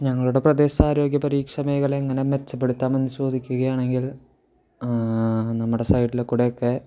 ഞങ്ങളുടെ പ്രദേശത്ത് ആരോഗ്യ പരീക്ഷ മേഖല എങ്ങനെ മെച്ചപ്പെടുത്താമെന്ന് ചോദിക്കുകയാണെങ്കിൽ നമ്മുടെ സൈഡിൽ കൂടെയൊക്കെ